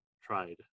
tried